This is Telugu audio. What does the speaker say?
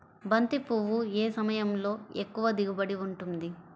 బంతి పువ్వు ఏ సమయంలో ఎక్కువ దిగుబడి ఉంటుంది?